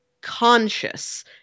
conscious